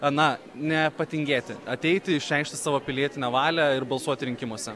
na nepatingėti ateiti išreikšti savo pilietinę valią ir balsuoti rinkimuose